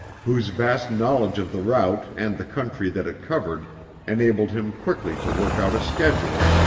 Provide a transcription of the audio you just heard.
whose vast knowledge of the route and the country that it covered enabled him quickly to work out a schedule,